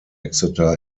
exeter